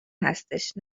هستش